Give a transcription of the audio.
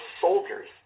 soldiers